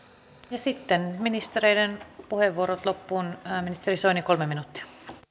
ja sitten ministereiden puheenvuorot loppuun ministeri soini kolme minuuttia